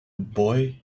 boy